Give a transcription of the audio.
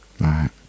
Right